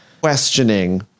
questioning